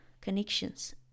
connections